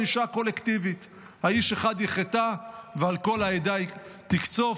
ענישה קולקטיבית: "האיש אחד יֶחֱטָא ועל כל העדה תקצֹף".